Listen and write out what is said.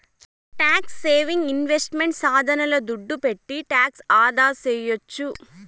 tax saving investment సాధనాల దుడ్డు పెట్టి టాక్స్ ఆదాసేయొచ్చు